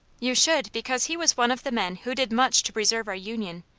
you should because he was one of the men who did much to preserve our union,